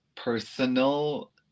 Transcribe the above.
personal